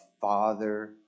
Father